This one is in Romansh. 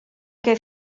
ch’ei